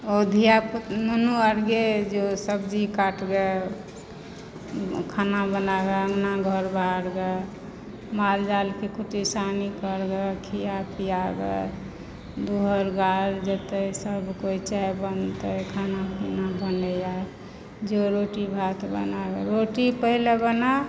ओ धियापुता नुनू आर गेल जो सब्जी काट गऽ खाना बना गऽ अँगना घर बहार गऽ मालजालके कुट्टीसानी कर गऽ खिया पिया गऽ दूह आओर गाड़ल जेतय सभकोइ चाय बनतै खाना पीना बनयए जो रोटी भात बना गऽ रोटी पहिले बना